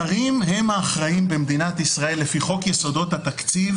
שרים הם האחראים במדינת ישראל לפי חוק יסודות התקציב,